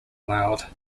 allowed